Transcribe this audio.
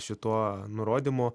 šituo nurodymu